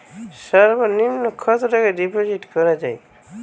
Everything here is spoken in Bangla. সর্ব নিম্ন কতটাকা ডিপোজিট করা য়ায়?